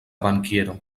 bankiero